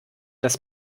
dass